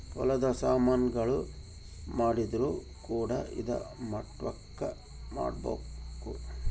ಹೊಲದ ಸಾಮನ್ ಗಳು ಮಾಡಿದ್ರು ಕೂಡ ಇದಾ ಮಟ್ಟಕ್ ಮಾಡ್ಬೇಕು